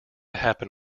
happen